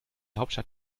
hauptstadt